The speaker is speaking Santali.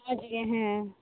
ᱢᱚᱡᱽᱜᱮ ᱦᱮᱸ